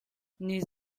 nous